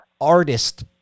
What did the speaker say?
artist